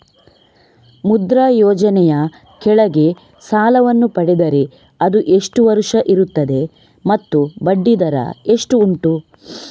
ಮುದ್ರಾ ಯೋಜನೆ ಯ ಕೆಳಗೆ ಸಾಲ ವನ್ನು ಪಡೆದರೆ ಅದು ಎಷ್ಟು ವರುಷ ಇರುತ್ತದೆ ಮತ್ತು ಬಡ್ಡಿ ದರ ಎಷ್ಟು ಉಂಟು?